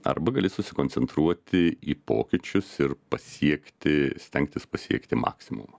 arba gali susikoncentruoti į pokyčius ir pasiekti stengtis pasiekti maksimumą